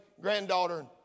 granddaughter